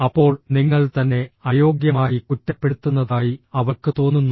അപ്പോൾ നിങ്ങൾ തന്നെ അയോഗ്യമായി കുറ്റപ്പെടുത്തുന്നതായി അവൾക്ക് തോന്നുന്നു